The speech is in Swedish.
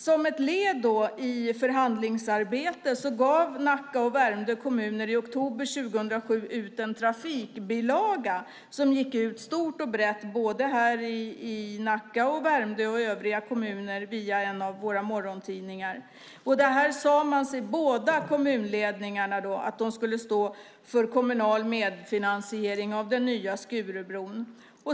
Som ett led i förhandlingsarbetet gav Nacka och Värmdö kommuner i oktober 2007 ut en trafikbilaga som gick ut stort och brett både i Nacka och Värmdö och i övriga kommuner via en av våra morgontidningar. De båda kommunledningarna sade att de skulle stå för kommunal medfinansiering av den nya Skurubron.